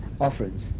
offerings